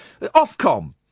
Ofcom